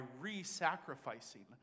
re-sacrificing